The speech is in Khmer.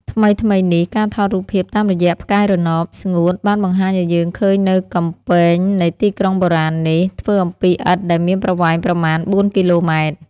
ថ្មីៗនេះ ការថតរូបភាពតាមរយៈផ្កាយរណប (ស្ងួត) បានបង្ហាញឱ្យយើងឃើញនូវកំពែងនៃទីក្រុងបុរាណនេះ ធ្វើអំពីឥដ្ឋដែលមានប្រវែង ប្រមាណ ៤គីឡូម៉ែត្រ ។